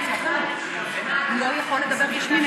הוא לא יכול לדבר בשמי.